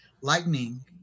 lightning